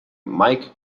mike